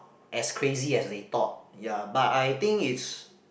as crazy as they thought ya but I think it's